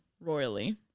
royally